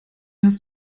hast